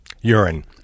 urine